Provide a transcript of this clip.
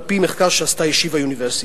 על-פי מחקר שעשתה "ישיבה יוניברסיטי".